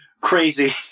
crazy